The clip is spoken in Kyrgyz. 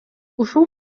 ушул